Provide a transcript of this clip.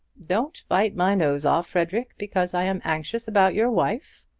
don't bite my nose off, frederic, because i am anxious about your wife.